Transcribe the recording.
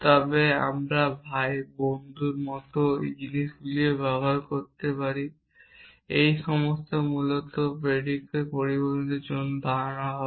তবে আমরা ভাই বন্ধুর মতো জিনিসগুলিও ব্যবহার করতে পারি এই সবগুলি মূলত predicate প্রতীকগুলির জন্য দাঁড়ানো হবে